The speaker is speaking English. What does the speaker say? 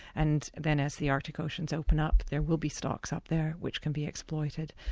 and then as the arctic oceans open up, there will be stocks up there which can be exploited.